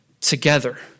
together